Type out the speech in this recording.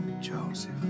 Joseph